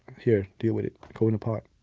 here. deal with it. go in a pot.